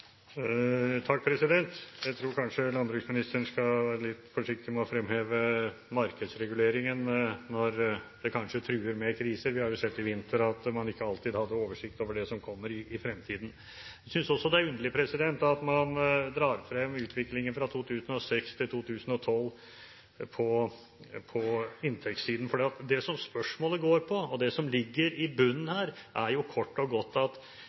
Jeg tror kanskje landbruksministeren skal være litt forsiktig med å fremheve markedsreguleringen når kriser kanskje truer. Vi har jo sett i vinter at man ikke alltid har oversikt over det som kommer i fremtiden. Jeg synes også det er underlig at man drar frem utviklingen fra 2006 til 2012 på inntektssiden, for det som spørsmålet går på, og det som ligger i bunnen her, er jo kort og godt